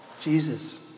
Jesus